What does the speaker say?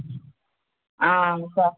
sir